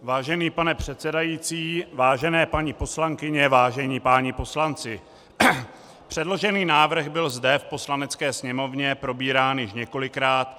Vážený pane předsedající, vážené paní poslankyně, vážení páni poslanci, předložený návrh byl zde v Poslanecké sněmovně probírán již několikrát.